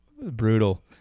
Brutal